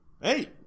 hey